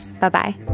Bye-bye